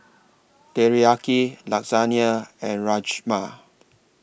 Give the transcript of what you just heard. Teriyaki Lasagna and Rajma